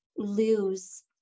lose